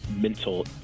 mental